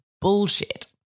bullshit